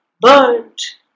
Burnt